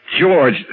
George